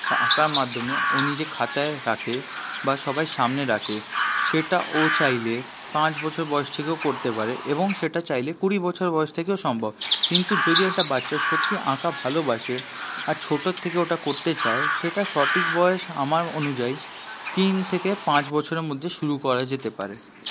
আঁকার মাধ্যমে ও নিজেকে খাতায় রাখে বা সবার সামনে রাখে সেটা ও চাইলে পাঁচ বছর বয়স থেকেও করতে পারে এবং সেটা চাইলে কুড়ি বছর বয়স থেকেও সম্ভব কিন্তু যদি একটা বাচ্চা সত্যিই আঁকা ভালবাসে আর ছোট থেকে ওটা করতে চায় সেটার সঠিক বয়স আমার অনুযায়ী তিন থেকে পাঁচ বছরের মধ্যে শুরু করা যেতে পারে